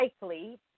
likely